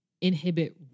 inhibit